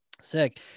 sick